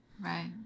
Right